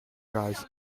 guys